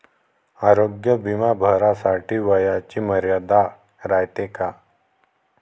आरोग्य बिमा भरासाठी वयाची मर्यादा रायते काय?